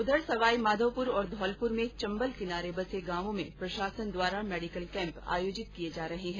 उधर सवाईमाधोपुर और धौलपुर में चम्बल किनारे बसे गांवों में प्रशासन द्वारा मेडिकल कैम्प आयोजित किये जा रहे हैं